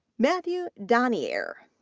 matthew doniere,